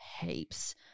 Heaps